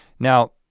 now,